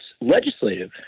legislative